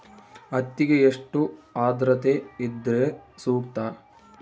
ಹತ್ತಿಗೆ ಎಷ್ಟು ಆದ್ರತೆ ಇದ್ರೆ ಸೂಕ್ತ?